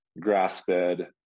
grass-fed